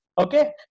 okay